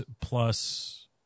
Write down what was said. plus